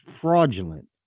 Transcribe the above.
Fraudulent